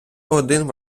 один